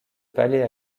palais